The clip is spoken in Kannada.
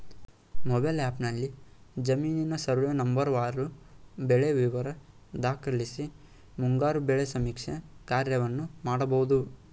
ಮೊಬೈಲ್ ಆ್ಯಪ್ನಲ್ಲಿ ಜಮೀನಿನ ಸರ್ವೇ ನಂಬರ್ವಾರು ಬೆಳೆ ವಿವರ ದಾಖಲಿಸಿ ಮುಂಗಾರು ಬೆಳೆ ಸಮೀಕ್ಷೆ ಕಾರ್ಯವನ್ನು ಮಾಡ್ಬೋದು